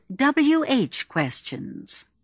wh-questions